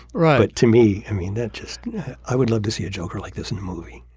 robert to me i mean that just i would love to see a joker like this in the movie.